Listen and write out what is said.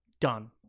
Done